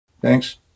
Thanks